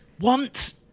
want